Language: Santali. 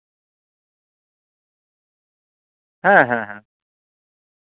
ᱦᱮᱸ ᱦᱮᱸ ᱦᱮᱸ